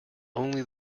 only